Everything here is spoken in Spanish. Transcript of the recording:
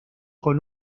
con